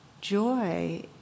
Joy